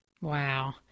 Wow